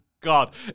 god